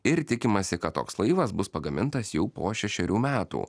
ir tikimasi kad toks laivas bus pagamintas jau po šešerių metų